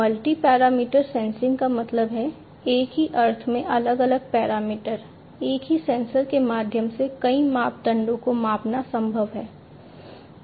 multi parameter sensing का मतलब है एक ही अर्थ में अलग अलग पैरामीटर एक ही सेंसर के माध्यम से कई मापदंडों को मापना संभव है